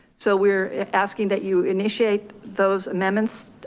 so we're asking that you initiate those amendments.